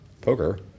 poker